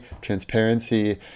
transparency